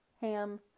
Ham